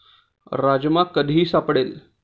राजमा कधीही सापडेल